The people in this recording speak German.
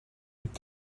mit